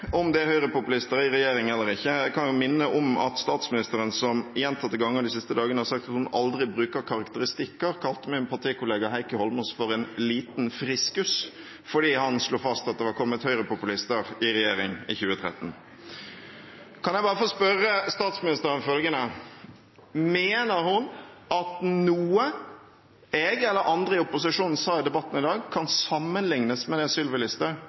om det er høyrepopulister i regjeringen eller ikke. Jeg kan jo minne om at statsministeren, som gjentatte ganger de siste dagene har sagt at hun aldri bruker karakteristikker, kalte min partikollega Heikki Holmås for «en liten friskus» fordi han slo fast at det var kommet høyrepopulister i regjering i 2013. Kan jeg bare få spørre statsministeren om følgende: Mener hun at noe jeg eller andre i opposisjonen sa i debatten i går, kan sammenlignes med det Sylvi Listhaug